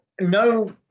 no